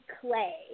clay